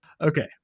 Okay